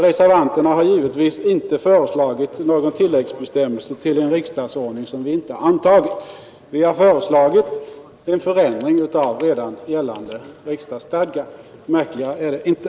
Reservanterna har givetvis inte föreslagit någon tilläggsbestämmelse till en riksdagsordning som vi inte antagit. Vi har föreslagit en förändring av redan gällande riksdagsstadga; märkligare är det inte.